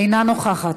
אינה נוכחת,